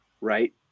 right